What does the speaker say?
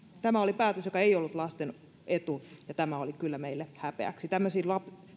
tämä oli päätös joka ei ollut lasten etu ja tämä oli kyllä meille häpeäksi tämmöisiä